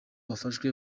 bafashwe